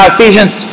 Ephesians